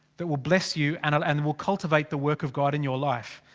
that will bless you and and will cultivate the work of god in your life.